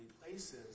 places